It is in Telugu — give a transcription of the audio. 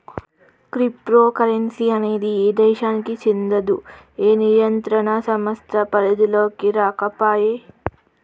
క్రిప్టో కరెన్సీ అనేది ఏ దేశానికీ చెందదు, ఏ నియంత్రణ సంస్థ పరిధిలోకీ రాకపాయే